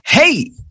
Hey